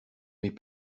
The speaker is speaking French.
mes